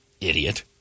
Idiot